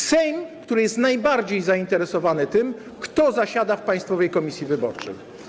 Sejm, który jest najbardziej zainteresowany tym, kto zasiada w Państwowej Komisji Wyborczej.